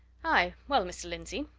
aye, well, mr. lindsey,